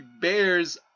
bears